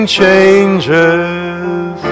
changes